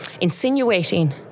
insinuating